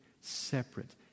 separate